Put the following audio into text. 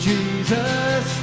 Jesus